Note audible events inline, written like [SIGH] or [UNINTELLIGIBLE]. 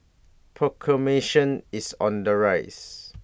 [UNINTELLIGIBLE] is on the rise